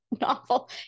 novel